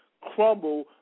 crumble